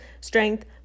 strength